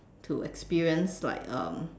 to experience like um